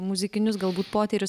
muzikinius galbūt potyrius